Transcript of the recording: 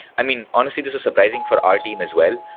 i mean, honestly, this is surprising for our team as well.